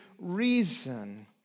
reason